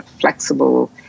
flexible